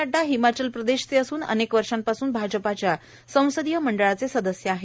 नड्डा हिमाचल प्रदेशचे असून अनेक वर्षापासून भाजपाच्या संसदीय मंडळाचे सदस्य आहेत